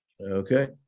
Okay